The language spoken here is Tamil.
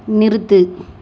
நிறுத்து